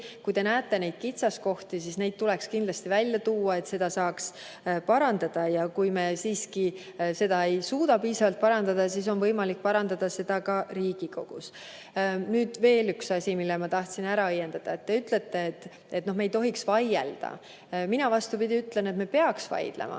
Kui te näete kitsaskohti, siis neid tuleks kindlasti välja tuua, et neid saaks parandada. Kui meie siiski ei suuda piisavalt parandada, siis on võimalik parandada ka Riigikogus. Veel üks asi, mille ma tahtsin ära õiendada. Te ütlete, et me ei tohiks vaielda. Mina ütlen vastupidi, et me peaks vaidlema.